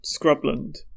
scrubland